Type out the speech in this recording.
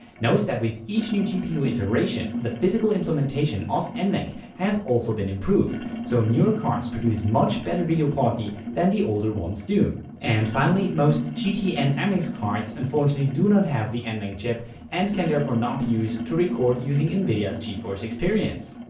note that with each new gpu iteration the physical implementation of nvenc has also been improved. so newer cars produce much better video quality than the older ones do. and finally most gt and mx cards unfortunately do not have the nvenc chip and can therefore not be used to record using nvidia's geforce experience.